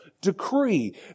decree